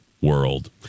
World